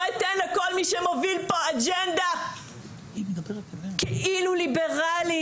לא אתן לכל מי שמוביל פה אג'נדה כאילו ליברלית,